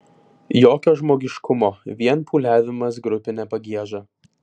jokio žmogiškumo vien pūliavimas grupine pagieža